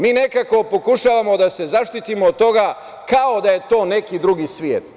Mi nekako pokušavamo da se zaštitimo od toga kao da je to neki drugi svet.